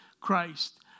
Christ